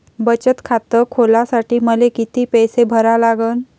बचत खात खोलासाठी मले किती पैसे भरा लागन?